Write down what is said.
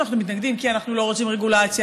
אנחנו מתנגדים כי אנחנו לא רוצים רגולציה,